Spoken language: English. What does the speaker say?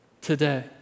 today